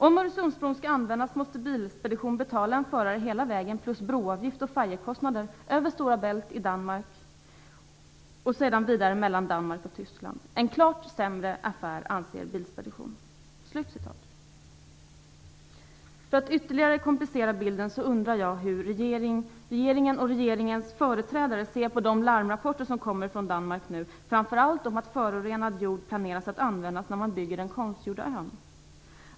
- Om Öresundsbron ska användas måste Fehmarn Bält mellan Danmark och Tyskland. En klart sämre affär, anser Bilspedition." För att ytterligare komplicera bilden undrar jag hur regeringen och regeringens företrädare ser på de larmrapporter som kommer från Danmark nu, framför allt om att förorenad jord planeras att användas när man bygger den konstgjorda ön.